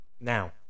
now